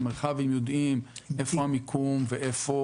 המרחב הם יודעים איפה המיקום ואיפה